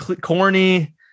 corny